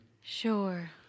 Sure